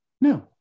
No